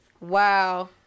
Wow